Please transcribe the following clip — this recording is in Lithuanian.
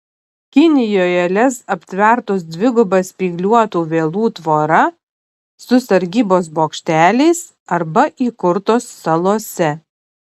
kinijoje lez aptvertos dviguba spygliuotų vielų tvora su sargybos bokšteliais arba įkurtos salose